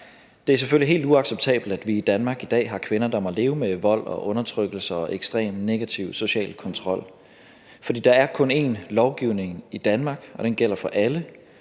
Det er selvfølgelig helt uacceptabelt, at vi i Danmark i dag har kvinder, der må leve med vold og undertrykkelse og ekstrem negativ social kontrol, for der er kun én lovgivning i Danmark, og den gælder for alle.